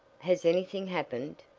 has anything happened?